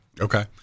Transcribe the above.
Okay